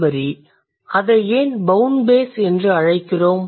ஏன் அதை ஒரு பௌண்ட் பேஸ் என்று அழைக்கிறோம்